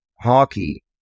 hockey